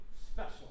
special